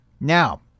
Now